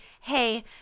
Hey